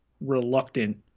reluctant